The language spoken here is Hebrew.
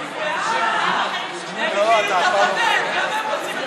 התשע"ח 2017, לוועדת הפנים והגנת הסביבה